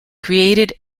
created